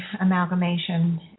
amalgamation